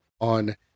on